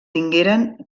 tingueren